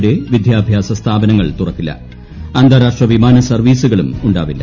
വരെ വിദ്യാഭ്യാസ സ്ഥാപനങ്ങൾ തുറക്കില്ല അന്താരാഷ്ട്ര വിമാന സർവ്വീസുകളും ഉണ്ടാവില്ല